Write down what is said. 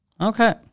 Okay